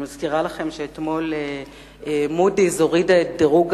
אני מזכירה לכם שאתמול "מודיס" הורידה את דירוג